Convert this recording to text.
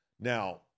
Now